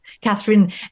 Catherine